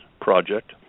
Project